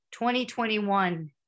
2021